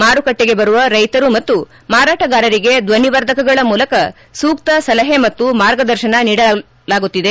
ಮಾರುಕಟ್ಟಿಗೆ ಬರುವ ರೈತರು ಮತ್ತು ಮಾರಾಟಗಾರರಿಗೆ ದ್ವನಿವರ್ಧಕಗಳ ಮೂಲಕ ಸೂಕ್ತ ಸಲಹೆ ಮತ್ತು ಮಾರ್ಗದರ್ಶನ ನೀಡಲಾಗುತ್ತಿದೆ